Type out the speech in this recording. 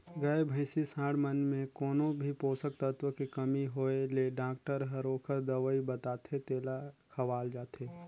गाय, भइसी, सांड मन में कोनो भी पोषक तत्व के कमी होय ले डॉक्टर हर ओखर दवई बताथे तेला खवाल जाथे